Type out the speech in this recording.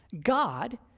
God